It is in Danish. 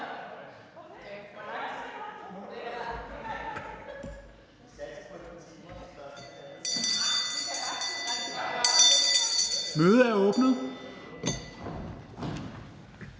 Mødet er åbnet.